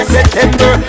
September